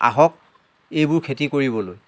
আহক এইবোৰ খেতি কৰিবলৈ